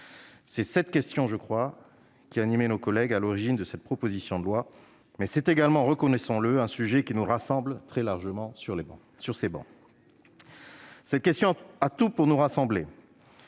C'est cette question qui anime nos collègues qui sont à l'origine de cette proposition de loi, mais c'est également, reconnaissons-le, un sujet qui nous rassemble très largement sur les différentes travées. Cette question a tout pour nous rassembler.